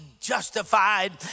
justified